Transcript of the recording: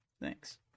Thanks